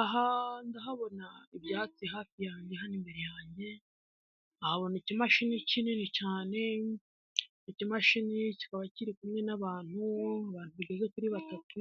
Aha ndahabona ibyatsi hafi yanjye hano imbere yanjye nkahabona ikimashini kinini cyane icyo kimashini kikaba kiri kumwe n'abantu, abantu bageze kuri batatu